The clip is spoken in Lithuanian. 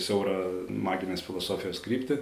siaurą maginės filosofijos kryptį